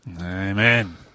Amen